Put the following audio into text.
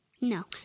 No